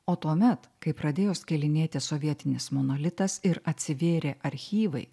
o tuomet kai pradėjo skilinėti sovietinis monolitas ir atsivėrė archyvai